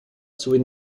sowie